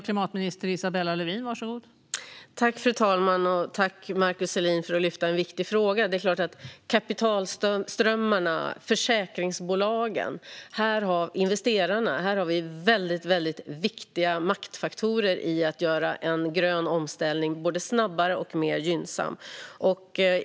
Fru talman! Jag tackar Markus Selin för att han tar upp en viktig fråga. Det är klart att kapitalströmmarna, försäkringsbolagen och investerarna är väldigt viktiga maktfaktorer i att göra en grön omställning snabbare och mer gynnsam.